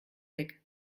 weg